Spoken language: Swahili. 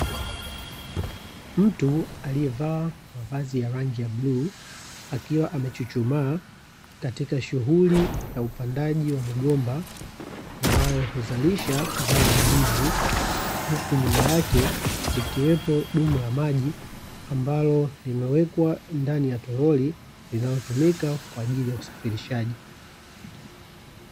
Mtu aliyevaa mavazi ya rangi ya bluu akiwa amechuchumaa katika shughuli ya upandaji wa migomba, ambayo huzalisha zao la ndizi, huku nyuma yake likiwepo dumu la maji ambalo limewekwa ndani ya torori linalotumika kwa ajili ya usafirishaji.